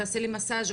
תעשי לי מסאג',